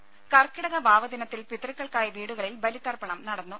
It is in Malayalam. രുര കർക്കിടക വാവ് ദിനത്തിൽ പിതൃക്കൾക്കായി വീടുകളിൽ ബലി തർപ്പണം നടന്നു